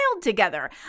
together